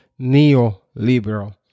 neoliberal